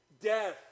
death